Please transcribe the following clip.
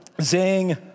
Zing